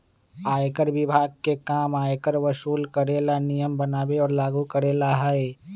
आयकर विभाग के काम आयकर वसूल करे ला नियम बनावे और लागू करेला हई